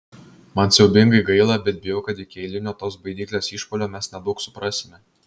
man siaubingai gaila bet bijau kad iki eilinio tos baidyklės išpuolio mes nedaug suprasime